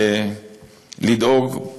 לדאוג,